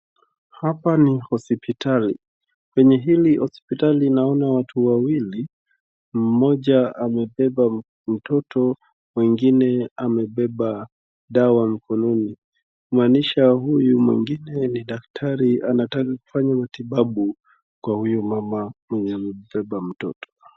Hapa ni hospitali. Kwenye hili hospitali naona watu wawili mmoja amebeba mtoto mwingine amebeba dawa mkononi kumaanisha huyu mwingine ni daktari anataka kufanya matibabu kwa huyu mama mwenye amebeba mtoto.